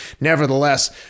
nevertheless